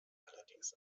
allerdings